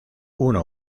uno